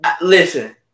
listen